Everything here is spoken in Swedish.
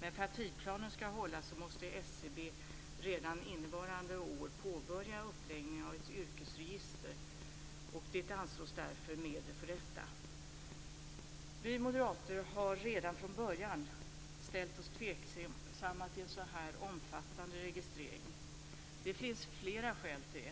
Men för att tidsplanen skall hållas måste SCB redan innevarande år påbörja uppläggningen av ett yrkesregister. Det anslås därför medel för detta. Vi moderater har redan från början ställt oss tveksamma till en sådan här omfattande registrering. Det finns flera skäl till det.